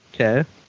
Okay